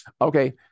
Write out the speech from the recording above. okay